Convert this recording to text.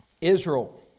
Israel